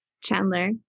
Chandler